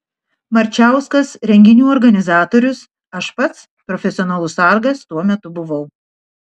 marčauskas renginių organizatorius aš pats profesionalus sargas tuo metu buvau